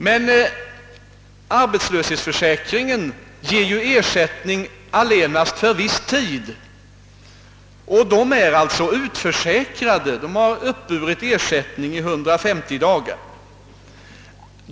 Men denna försäkring ger ju ersättning endast under en viss tid, och vederbörande blir utförsäkrade när de uppburit ersättning i 150 dagar.